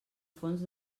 fons